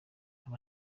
aba